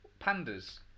Pandas